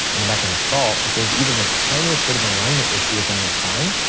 in the back of the skull, if there's even the tiniest bit of alignment issue within your spine,